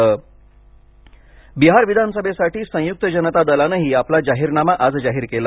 बिहार विधानसभा बिहार विधानसभेसाठी संयुक्त जनता दलानंही आपला जाहीरनामा आज जाहीर केला